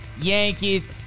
Yankees